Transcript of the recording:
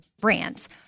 brands